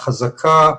חזקה,